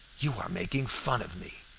you are making fun of me.